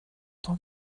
tant